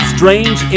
Strange